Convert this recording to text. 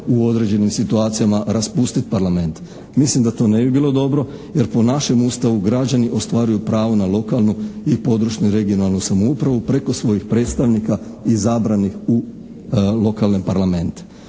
u određenim situacijama raspustiti Parlament. Mislim da to ne bi bilo dobro jer po našem Ustavu građani ostvaruju pravo na lokalnu i područnu (regionalnu) samoupravu preko svojih predstavnika izabranih u lokalne parlamente.